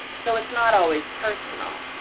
so it's not always personal.